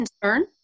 concern